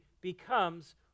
becomes